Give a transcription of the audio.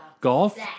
Golf